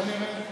בואי נראה.